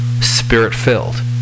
spirit-filled